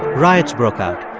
riots broke out.